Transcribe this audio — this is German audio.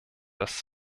dass